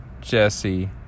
jesse